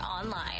online